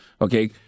okay